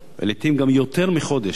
לעתים גם יותר מחודש,